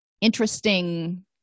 interesting